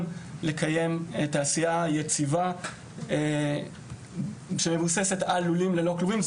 לקיים תעשייה יציבה שמבוססת על לולים ללא כלובים.